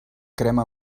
crema